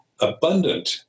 abundant